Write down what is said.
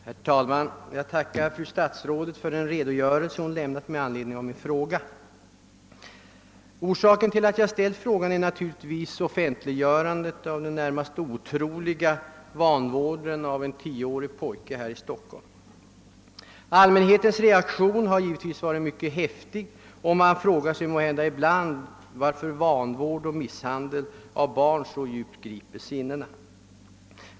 Herr talman! Jag tackar statsrådet för den redogörelse hon lämnat med anledning av min fråga. Orsaken till att jag ställt den är naturligtvis offentliggörandet av den närmast otroliga vanvården av en tioårig pojke i Stockholm. Allmänhetens reaktion har varit mycket häftig, och man frågar sig ibland varför vanvård och misshandel av barn så djupt griper sinnena.